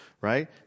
right